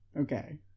Okay